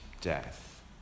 death